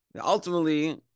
ultimately